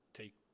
take